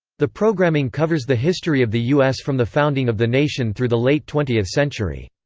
the programming covers the history of the u s. from the founding of the nation through the late twentieth century.